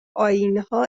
آئینها